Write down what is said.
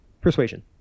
Persuasion